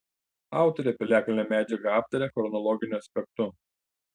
autorė piliakalnio medžiagą aptaria chronologiniu aspektu